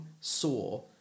saw